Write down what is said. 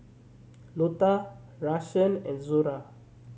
Lotta Rashaan and Zora